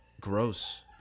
gross